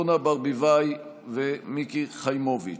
אורנה ברביבאי ומיקי חיימוביץ'.